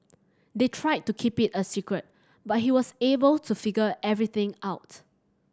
they tried to keep it a secret but he was able to figure everything out